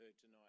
tonight